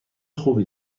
خوبی